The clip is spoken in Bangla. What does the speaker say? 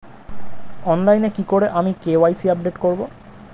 অনলাইনে কি করে আমি কে.ওয়াই.সি আপডেট করব?